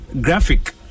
graphic